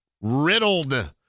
riddled